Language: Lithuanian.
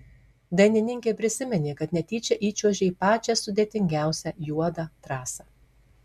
dainininkė prisiminė kad netyčia įčiuožė į pačią sudėtingiausią juodą trasą